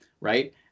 right